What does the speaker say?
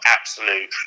absolute